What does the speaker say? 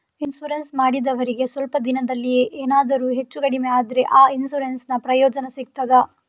Insurance ಮಾಡಿದವರಿಗೆ ಸ್ವಲ್ಪ ದಿನದಲ್ಲಿಯೇ ಎನಾದರೂ ಹೆಚ್ಚು ಕಡಿಮೆ ಆದ್ರೆ ಆ ಇನ್ಸೂರೆನ್ಸ್ ನ ಪ್ರಯೋಜನ ಸಿಗ್ತದ?